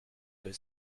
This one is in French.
que